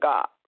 God